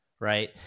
Right